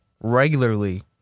regularly